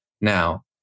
Now